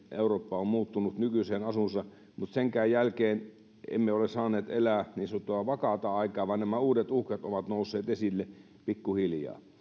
eurooppa on muuttunut nykyiseen asuunsa mutta senkään jälkeen emme ole saaneet elää niin sanottua vakaata aikaa vaan nämä uudet uhkat ovat nousseet esille pikkuhiljaa